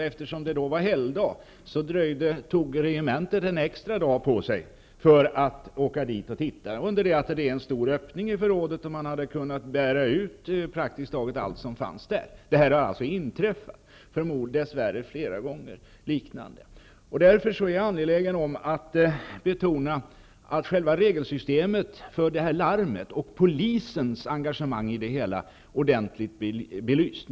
Eftersom det då var helgdag, tog regementet en extra dag på sig för att åka dit och titta, under det att det fanns en stor öppning i förrådet där man kunnat bära ut praktiskt taget allt som där fanns. Detta har alltså inträffat, och dess värre har förmodligen liknande fall inträffat fler gånger. Jag är därför angelägen om att betona vikten av att själva regelsystemet för larm och polisens engagemang i det hela blir ordentligt belyst.